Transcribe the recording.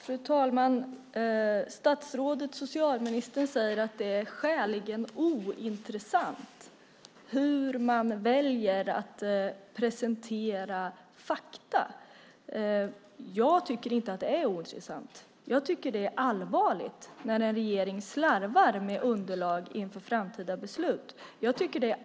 Fru talman! Statsrådet, socialministern, säger att det är skäligen ointressant hur man väljer att presentera fakta. Jag tycker inte att det är ointressant. Jag tycker att det är allvarligt när en regering slarvar med underlag inför framtida beslut.